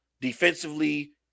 defensively